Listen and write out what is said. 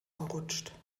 verrutscht